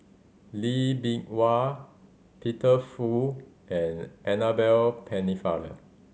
Lee Bee Wah Peter Fu and Annabel Pennefather